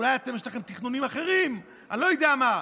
אולי יש לכם תכנונים אחרים, אני לא יודע מה.